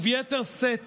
וביתר שאת